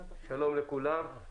שלום לכולם.